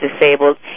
disabled